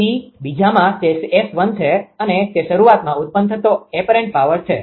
તેથી બીજામાં તે 𝑆1 છે અને તે શરૂઆતમાં ઉત્પન્ન થતો અપેરન્ટ પાવર છે